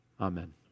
Amen